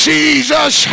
Jesus